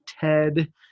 TED